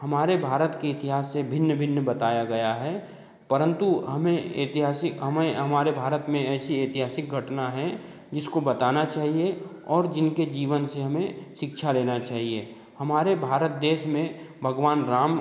हमारे भारत के इतिहास से भिन्न भिन्न बताया गया है परंतु हमें ऐतिहासिक हमें हमारे भारत में ऐसी ऐतिहासिक घटना है जिसको बताना चाहिए और जिनके जीवन से हमें शिक्षा लेना चाहिए हमारे भारत देश में भगवान राम